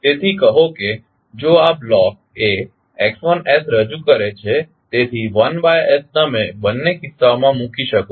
તેથી કહો કે જો આ બ્લોક એ X1 રજૂ કરે છે તેથી 1s તમે બંને કિસ્સાઓમાં મૂકી શકો છો